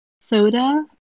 Soda